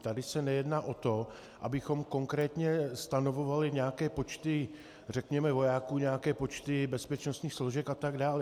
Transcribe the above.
Tady se nejedná o to, abychom konkrétně stanovovali nějaké počty vojáků, nějaké počty bezpečnostních složek atd.